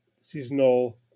seasonal